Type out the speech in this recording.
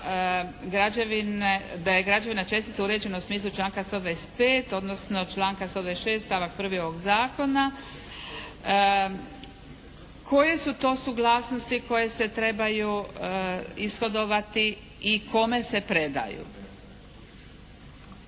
da je građevna čestica uređena u smislu članka 125. odnosno članka 126. stavka 1. ovog zakona. Koje su to suglasnosti koje se trebaju ishodovati i kome se predaju?